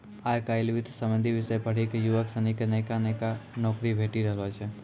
आय काइल वित्त संबंधी विषय पढ़ी क युवक सनी क नयका नयका नौकरी भेटी रहलो छै